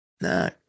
No